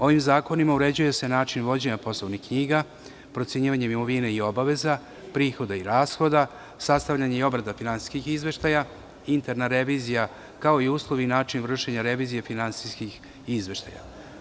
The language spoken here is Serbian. Ovim zakonima uređuje se način vođenja poslovnih knjiga, procenjivanjem imovine i obaveza, prihoda i rashoda, sastavljanje i obrada finansijskih izveštaja, interna revizija, kao i uslovi i način vršenja revizije finansijskih izveštaja.